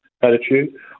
attitude